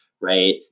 right